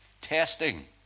Testing